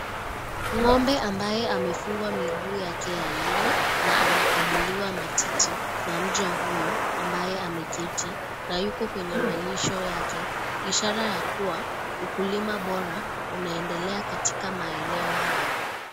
Ngombe ambaye amefungwa miguu yake ya nyuma na anakamuliwa matiti, na mja huyo ambaye ameketi na yuko kwenye malisho yake, ishala ya kuwa ukulima bora unayendelea katika maineo hayo.